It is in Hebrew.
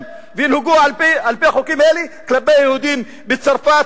וינהגו על-פי החוקים האלה כלפי יהודים בצרפת,